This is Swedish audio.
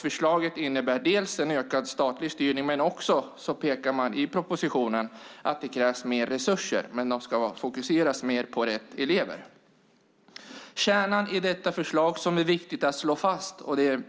Förslaget innebär dels en ökad statlig styrning, dels ett krav på mer resurser, som man pekar på i propositionen. Men de ska fokuseras mer på rätt elever. Kärnan i detta förslag är viktig att slå fast: